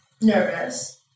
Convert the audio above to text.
nervous